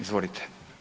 Izvolite.